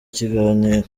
kiganiro